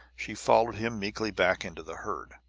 she followed him meekly back into the herd.